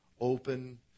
Open